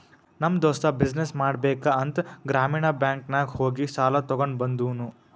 ನಮ್ ದೋಸ್ತ ಬಿಸಿನ್ನೆಸ್ ಮಾಡ್ಬೇಕ ಅಂತ್ ಗ್ರಾಮೀಣ ಬ್ಯಾಂಕ್ ನಾಗ್ ಹೋಗಿ ಸಾಲ ತಗೊಂಡ್ ಬಂದೂನು